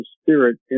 spirit